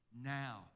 now